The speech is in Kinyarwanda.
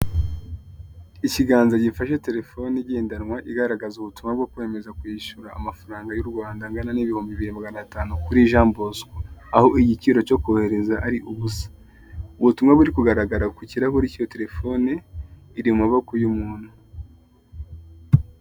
Ikiganza gifashe telefone igendanwa igaragaza ubutumwa bwo kwemeza kwishyura amafaranga y'u Rwanda angana n'ibihumbi bibiri magana atanu kuri Jean Bosco aho igiciro cyokohereza ari ubusa. Ubwo butumwa buri kugaragara ku kirahure k'iyo iri mu maboko y'umuntu.